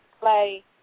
play